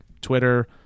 Twitter